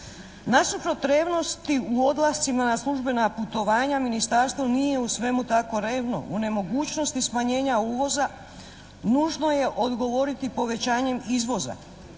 Nasuprot revnosti u odlascima na službena putovanja Ministarstvo nije u svemu tako revno. U nemogućnosti smanjenja uvoza nužno je odgovoriti povećanjem izvoza.